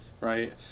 right